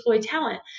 talent